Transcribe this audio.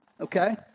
Okay